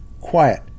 quiet